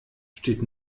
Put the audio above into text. steht